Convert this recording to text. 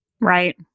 Right